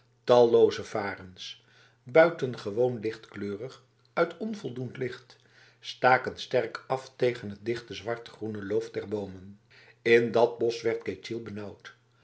talloze varens buitengewoon lichtkleurig uit onvoldoend licht staken sterk af tegen het dichte zwartgroene loof der bomen in dat bos werd ketjil